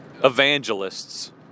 evangelists